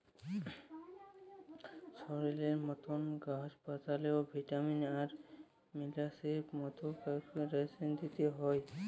শরীরের মতল গাহাচ পালাতেও ভিটামিল আর মিলারেলসের মতল মাইক্রো লিউট্রিয়েল্টস দিইতে হ্যয়